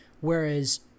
Whereas